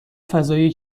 فضایی